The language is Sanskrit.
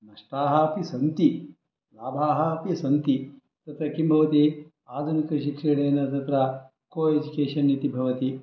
नष्टाः अपि सन्ति लाभाः अपि सन्ति तत्र किं भवति आधुनिकशिक्षणेन तत्र को एज्युकेशन् इति भवति